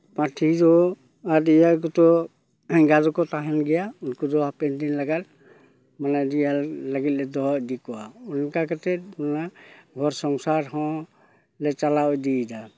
ᱯᱟᱴᱷᱤ ᱫᱚ ᱟᱹᱰᱤᱭᱟᱹ ᱠᱚᱫᱚ ᱮᱸᱜᱟ ᱫᱚᱠᱚ ᱛᱟᱦᱮᱱ ᱜᱮᱭᱟ ᱩᱱᱠᱩ ᱫᱚ ᱦᱟᱯᱮᱱ ᱫᱤᱱ ᱞᱟᱜᱟᱛ ᱢᱟᱱᱮ ᱞᱟᱹᱜᱤᱫ ᱞᱮ ᱫᱚᱦᱚ ᱤᱫᱤ ᱠᱚᱣᱟ ᱚᱱᱠᱟ ᱠᱟᱛᱮ ᱱᱚᱣᱟ ᱜᱷᱚᱨ ᱥᱚᱝᱥᱟᱨ ᱦᱚᱸ ᱞᱮ ᱪᱟᱞᱟᱣ ᱤᱫᱤᱭᱮᱫᱟ